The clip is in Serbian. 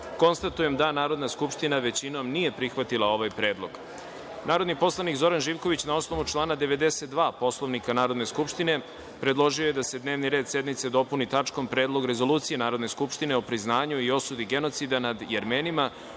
poslanika. Konstatujem da Narodna skupština, većinom, nije prihvatila ovaj predlog. Narodni poslanik Zoran Živković, na osnovu člana 92. Poslovnika Narodne skupštine, predložio je da se Dnevni red sednice dopuni tačkom – Predlog rezolucije Narodne skupštine o priznanju i osudi genocida nad Jermenima